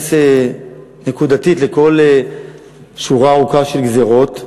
להתייחס נקודתית לכל שורה ארוכה של גזירות,